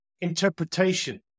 interpretation